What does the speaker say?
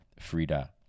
Frida